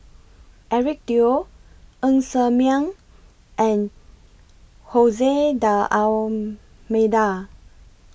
Eric Teo Ng Ser Miang and Jose D'almeida